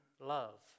love